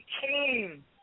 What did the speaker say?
king